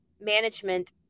management